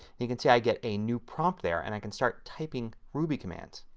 you can see i get a new prompt there and i can start typing ruby commands.